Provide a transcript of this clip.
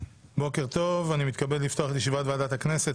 בוקר טוב, אני מתכבד לפתוח את ישיבת ועדת הכנסת.